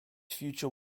future